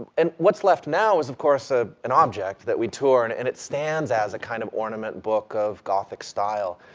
and what's left now is, of course, ah an object that we tour, and and it stands as a kind of ornament book of gothic style,